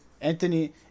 Anthony